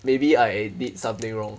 maybe I did something wrong